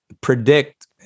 predict